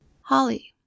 Holly